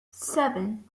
seven